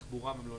תחבורה ומלונאות.